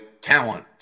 talent